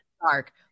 dark